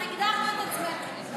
כך הגדרנו את עצמנו.